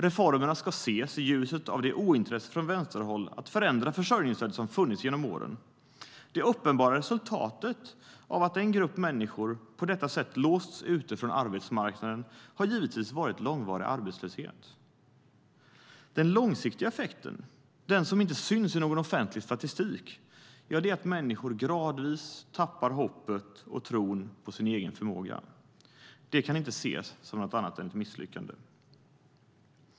Reformerna ska ses i ljuset av det ointresse från vänsterhåll att förändra försörjningsstödet som har funnits genom åren. Det uppenbara resultatet av att en grupp människor på detta sätt har låsts ute från arbetsmarknaden har givetvis varit långvarig arbetslöshet. Den långsiktiga effekten - den som inte syns i någon offentlig statistik - är att människor gradvis tappar hoppet och tron på sin egen förmåga. Det kan inte ses som något annat än ett misslyckande.